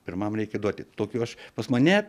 pirmam reikia duoti tokių aš pas mane